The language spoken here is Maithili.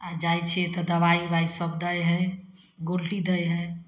आओर जाइ छिए तऽ दवाइ उवाइसब दै हइ गोटी दै हइ